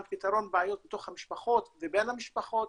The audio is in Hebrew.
פתרון בעיות בתוך המשפחות ובין המשפחות.